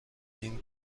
نیم